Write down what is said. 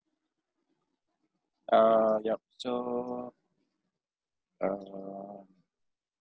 uh yup so uh